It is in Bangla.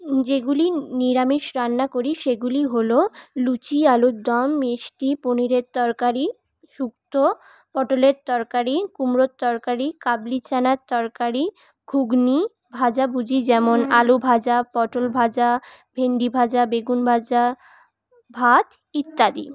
যেগুলি নিরামিষ রান্না করি সেগুলি হল লুচি আলুর দম মিষ্টি পনিরের তরকারি সুক্তো পটলের তরকারি কুমড়োর তরকারি কাবলি চানার তরকারি ঘুগনি ভাজাভুজি যেমন আলু ভাজা পটল ভাজা ভেন্ডি ভাজা বেগুন ভাজা ভাত ইত্যাদি